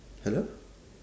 hello